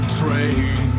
train